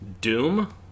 Doom